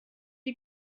die